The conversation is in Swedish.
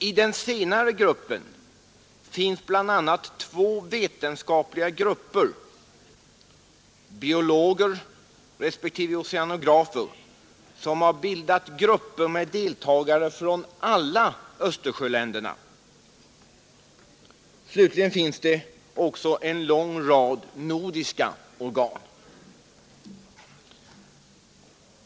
I den senare gruppen finns bl.a. två vetenskapliga grupper biologer respektive oceanografer som har bildat grupper med deltagare från alla Östersjöländerna. Slutligen finns det också en lång rad nordiska organ.